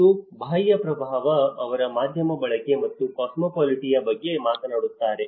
ಮತ್ತು ಬಾಹ್ಯ ಪ್ರಭಾವ ಅವರು ಮಾಧ್ಯಮ ಬಳಕೆ ಮತ್ತು ಕಾಸ್ಮೋಪಾಲಿಟಿಯ ಬಗ್ಗೆ ಮಾತನಾಡುತ್ತಾರೆ